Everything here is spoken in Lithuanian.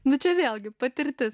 nu čia vėlgi patirtis